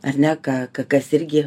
ar ne ką kas irgi